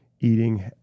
eating